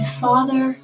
father